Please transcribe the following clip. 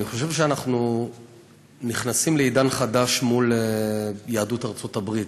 אני חושב שאנחנו נכנסים לעידן חדש מול יהדות ארצות-הברית,